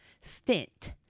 Stint